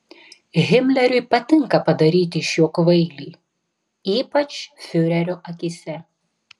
himleriui patinka padaryti iš jo kvailį ypač fiurerio akyse